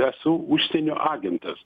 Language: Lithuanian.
esu užsienio agentas